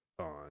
on